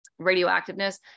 radioactiveness